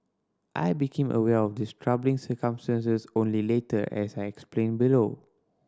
I became aware of these troubling circumstances only later as I explain below